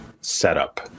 setup